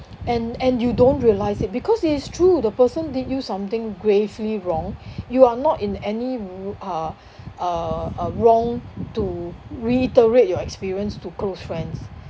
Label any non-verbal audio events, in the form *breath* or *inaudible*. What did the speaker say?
and and you don't realise it because it is true the person did you something gravely wrong *breath* you are not in any wr~ uh uh uh wrong to reiterate your experience to close friends